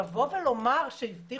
לבוא ולומר שהבטיחו,